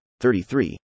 33